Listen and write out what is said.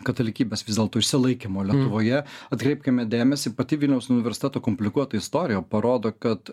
katalikybės vis dėlto išsilaikymo lietuvoje atkreipkime dėmesį pati vilniaus universiteto komplikuota istorija parodo kad